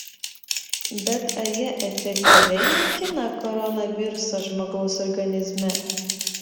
bet ar jie efektyviai naikina koronavirusą žmogaus organizme